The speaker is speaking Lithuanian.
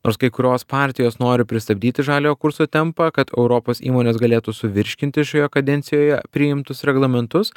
nors kai kurios partijos nori pristabdyti žaliojo kurso tempą kad europos įmonės galėtų suvirškinti šioje kadencijoje priimtus reglamentus